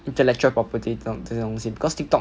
intellectual property 这种这种东西 cause Tiktok